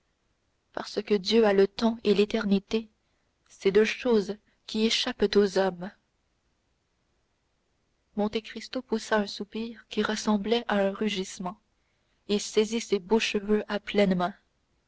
parce que dieu a le temps et l'éternité ces deux choses qui échappent aux hommes monte cristo poussa un soupir qui ressemblait à un rugissement et saisit ses beaux cheveux à pleines mains